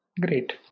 Great